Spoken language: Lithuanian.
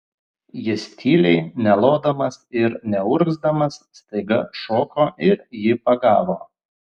jis tyliai nelodamas ir neurgzdamas staiga šoko ir jį pagavo